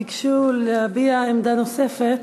ביקשו להביע עמדה נוספת.